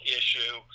issue